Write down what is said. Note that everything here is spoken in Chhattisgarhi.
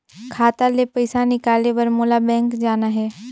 खाता ले पइसा निकाले बर मोला बैंक जाना हे?